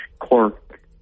clerk